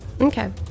Okay